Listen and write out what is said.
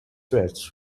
threats